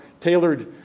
tailored